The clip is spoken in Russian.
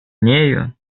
нею